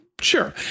sure